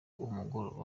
umugoroba